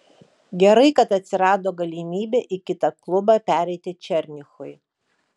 gerai kad atsirado galimybė į kitą klubą pereiti černychui